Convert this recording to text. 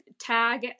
tag